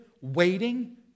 waiting